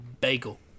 bagel